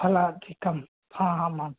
फलादिकं हा आम् आम्